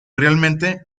realmente